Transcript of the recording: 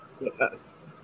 Yes